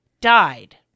died